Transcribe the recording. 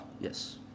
Yes